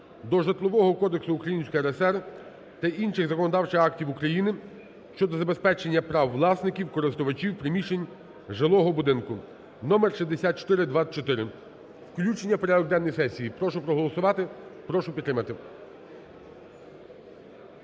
до Житлового кодексу Української РСР та інших законодавчих актів України щодо забезпечення прав власників (користувачів) приміщень жилого будинку (№ 6424). Включення в порядок денний сесії. Прошу проголосувати, прошу підтримати.